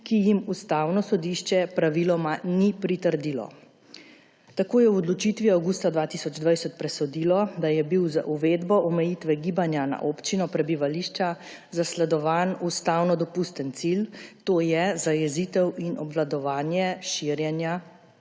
ki jim Ustavno sodišče praviloma ni pritrdilo. Tako je v odločitvi avgusta 2020 presodilo, da je bil z uvedbo omejitve gibanja na občino prebivališča zasledovan ustavno dopusten cilj, to je zajezitev in obvladovanje širjenja